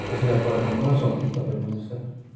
कसैलाई पर्खाउनु कसरी सक्नुहुन्छ तपाईँहरू भन्नुहोस् त